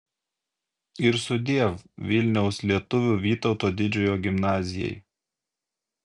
ir sudiev vilniaus lietuvių vytauto didžiojo gimnazijai